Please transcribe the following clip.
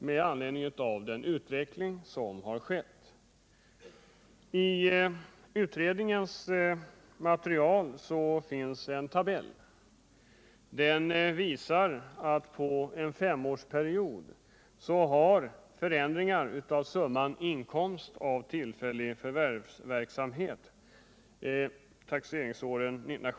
I utredningens material finns en tabell av vilken det framgår att inkomsterna av tillfällig förvärvsverksamhet under en femårsperiod — taxeringsåren 1972-1977 — blivit tre gånger större än tidigare.